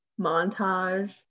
montage